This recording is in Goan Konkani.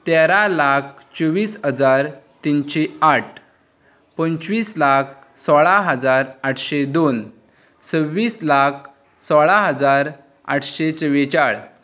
तेरा लाख चोवीस हजार तिनशे आठ पंचवीस लाख सोळा हजार आठशे दोन सव्वीस लाख सोळा हजार आठशे चव्वेचाळ